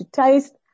taste